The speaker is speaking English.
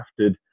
crafted